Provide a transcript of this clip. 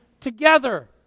together